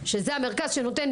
שזה המרכז שנותן,